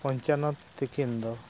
ᱯᱚᱧᱪᱟᱱᱚᱱ ᱛᱤᱠᱤᱱ ᱫᱚ